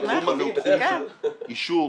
התחום הזה של אישור